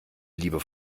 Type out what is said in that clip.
liebe